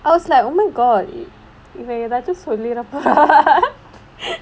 I was like oh my god okay that's just இவன் எதாச்சும் சொல்லிற போறான்:ivan ethaachum sollira poraan